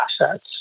assets